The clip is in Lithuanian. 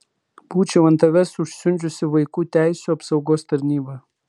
būčiau ant tavęs užsiundžiusi vaikų teisių apsaugos tarnybą